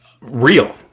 real